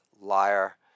liar